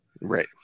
Right